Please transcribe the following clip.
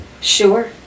Sure